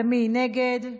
מי נגד?